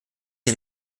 die